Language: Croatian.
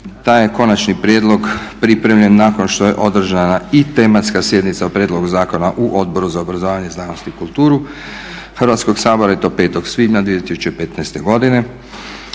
Taj je konačni prijedlog pripremljen nakon što je održana i tematska sjednica o prijedlogu zakona u Odboru za obrazovanje, znanost i kulturu Hrvatskog sabora i to 5. svibnja 2015. godine,